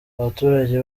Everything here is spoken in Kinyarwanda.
abaturage